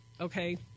okay